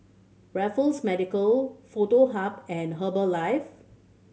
Raffles Medical Foto Hub and Herbalife